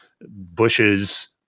bushes